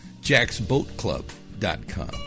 JacksBoatClub.com